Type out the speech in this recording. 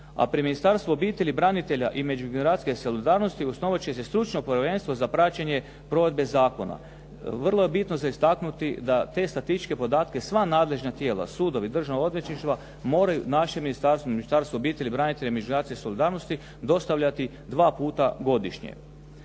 A pri Ministarstvu obitelji, branitelja i međugeneracijske solidarnosti osnovat će se stručno povjerenstvo za praćenje provedbe zakona. Vrlo je bitno istaknuti da te statističke podatke sva nadležna tijela, sudovi, državna odvjetništva moraju našem ministarstvu, Ministarstvu obitelji, branitelja i međugeneracijske solidarnosti dostavljati dva puta godišnje.